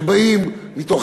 שבאים מתוך אמונה,